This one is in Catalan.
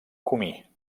comí